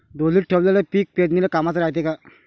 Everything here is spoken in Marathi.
ढोलीत ठेवलेलं पीक पेरनीले कामाचं रायते का?